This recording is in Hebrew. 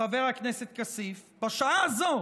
חבר הכנסת כסיף, בשעה הזאת